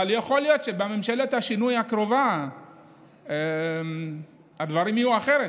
אבל יכול להיות שבממשלת השינוי הקרובה הדברים יהיו אחרת.